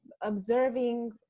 observing